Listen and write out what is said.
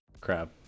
crab